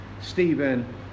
Stephen